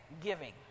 giving